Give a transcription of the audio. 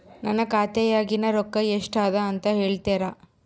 ನನ್ನ ಖಾತೆಯಾಗಿನ ರೊಕ್ಕ ಎಷ್ಟು ಅದಾ ಅಂತಾ ಹೇಳುತ್ತೇರಾ?